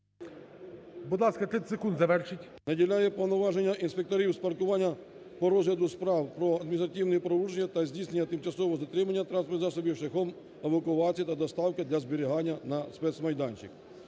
Будь ласка, 30 секунд, завершуйте.